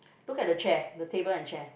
look at the chair the table and chair